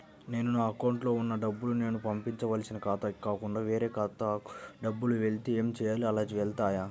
నేను నా అకౌంట్లో వున్న డబ్బులు నేను పంపవలసిన ఖాతాకి కాకుండా వేరే ఖాతాకు డబ్బులు వెళ్తే ఏంచేయాలి? అలా వెళ్తాయా?